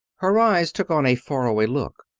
her eyes took on a far-away look.